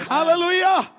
Hallelujah